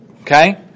okay